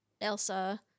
Elsa